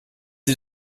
sie